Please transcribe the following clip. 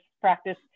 practice